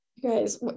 guys